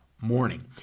morning